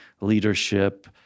leadership